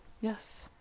Yes